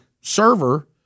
server